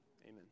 Amen